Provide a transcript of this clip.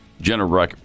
general